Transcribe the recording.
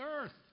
earth